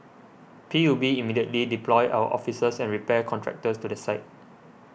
P U B immediately deployed our officers and repair contractors to the site